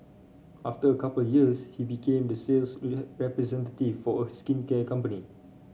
after a couple of years he became the sales representative for a skincare company